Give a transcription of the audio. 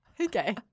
Okay